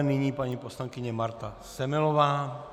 Nyní paní poslankyně Marta Semelová.